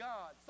God